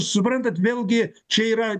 suprantat vėlgi čia yra